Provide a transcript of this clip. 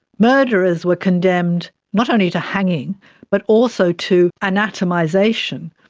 murderers were condemned not only to hanging but also to anatomisation,